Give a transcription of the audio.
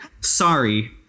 Sorry